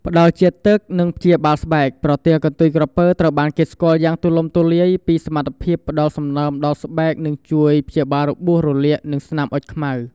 ផ្តល់ជាតិទឹក និងព្យាបាលស្បែក ប្រទាលកន្ទុយក្រពើត្រូវបានគេស្គាល់យ៉ាងទូលំទូលាយពីសមត្ថភាពផ្តល់សំណើមដល់ស្បែក និងជួយព្យាបាលរបួស រលាក និងស្នាមអុចខ្មៅ។